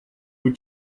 were